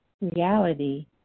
Reality